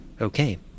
Okay